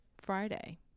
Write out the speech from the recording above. Friday